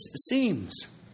seems